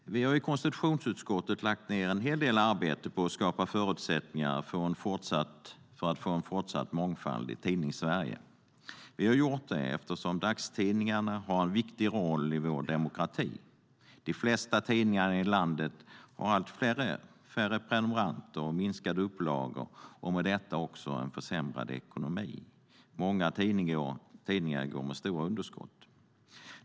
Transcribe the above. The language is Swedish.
Herr talman! Vi har i konstitutionsutskottet lagt ned en hel del arbete på att skapa förutsättningar för att få en fortsatt mångfald i Tidningssverige. Vi har gjort det eftersom dagstidningarna har en viktig roll i vår demokrati. De flesta tidningar i landet har allt färre prenumeranter och minskade upplagor, och i och med detta också en försämrad ekonomi. Många tidningar går med stora underskott.